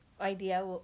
idea